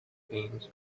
games